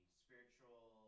spiritual